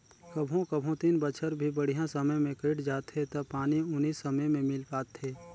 कभों कभों तीन बच्छर भी बड़िहा समय मे कइट जाथें त पानी उनी समे मे मिल पाथे